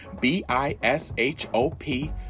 B-I-S-H-O-P